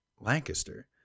Lancaster